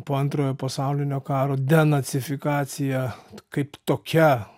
po antrojo pasaulinio karo denacifikacija kaip tokia